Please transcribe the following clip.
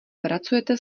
pracujete